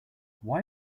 why